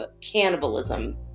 cannibalism